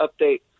update